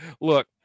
Look